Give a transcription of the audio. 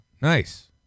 Nice